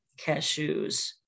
cashews